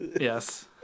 yes